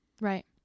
Right